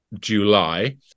July